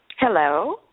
Hello